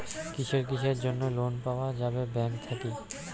কিসের কিসের জন্যে লোন পাওয়া যাবে ব্যাংক থাকি?